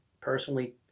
Personally